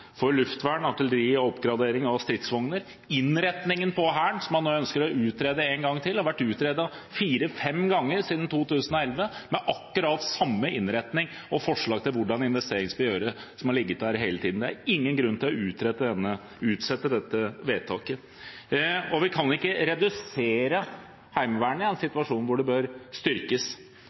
luftvern, artilleri og oppgradering av stridsvogner – innretningen av Hæren, som man nå ønsker å utrede én gang til. Det har vært utredet fire–fem ganger siden 2011, akkurat samme innretning og forslag til hvilke investeringer vi skal gjøre, har ligget der hele tiden. Det er ingen grunn til å utsette dette vedtaket. Og vi kan ikke redusere Heimevernet i en situasjon hvor det bør styrkes.